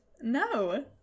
no